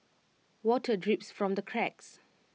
water drips from the cracks